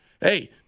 Hey